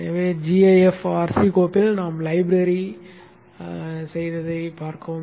எனவே gaf rc கோப்பில் நாம் லைப்ரரி செய்ததைப் பார்க்கவும்